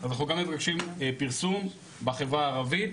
אנחנו גם מבקשים פרסום בחברה הערבית.